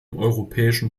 europäischen